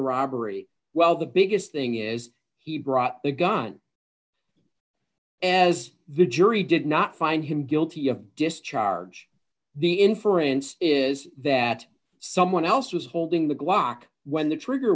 robbery well the biggest thing is he brought the gun as the jury did not find him guilty of discharge the inference is that someone else was holding the glock when the trigger